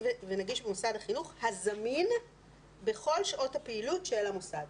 ונגיש במוסד החינוך הזמין בכל שעות הפעילות של המוסד",